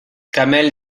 kamel